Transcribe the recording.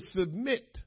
submit